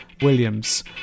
Williams